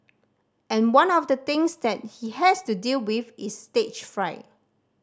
and one of the things that he has to deal with is stage fright